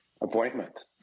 appointment